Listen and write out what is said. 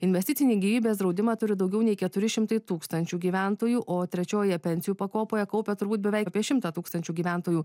investicinį gyvybės draudimą turi daugiau nei keturi šimtai tūkstančių gyventojų o trečiojoje pensijų pakopoje kaupia turbūt beveik apie šimtą tūkstančių gyventojų